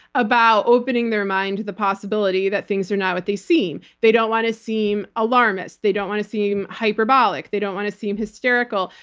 about opening their mind to the possibility that things are not what they seem. they don't want to seem alarmist, they don't want to seem hyperbolic, they don't want to seem hysterical.